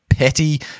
Petty